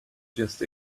just